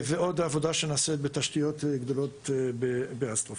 יש עוד עבודה שנעשית בתשתיות גדולות באסטרופיזיקה.